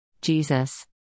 Jesus